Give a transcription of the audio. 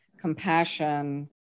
compassion